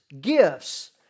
gifts